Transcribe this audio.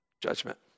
judgment